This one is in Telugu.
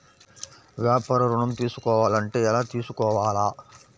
వ్యాపార ఋణం తీసుకోవాలంటే ఎలా తీసుకోవాలా?